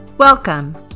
Welcome